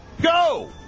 Go